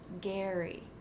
Gary